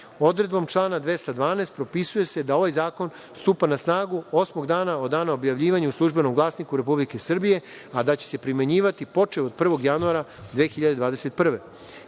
rata. Odredbom člana 2012. propisuje se da ovaj zakon stupa na snagu osmog dana od dana objavljivanja u „Službenom glasniku RS“, a da će se primenjivati počev od 1. januara 2021.